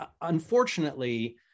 unfortunately